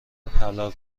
حلال